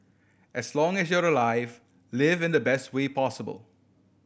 as long as you are alive live in the best way possible